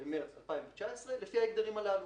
למרס 2019 לפי ההגדרים הללו,